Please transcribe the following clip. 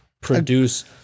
produce